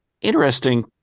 interesting